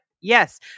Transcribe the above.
Yes